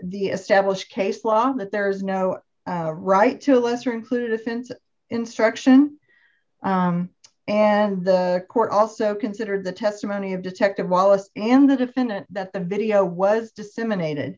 established case law that there is no right to a lesser included offense instruction and the court also considered the testimony of detective wallace and the defendant that the video was disseminated